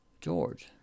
George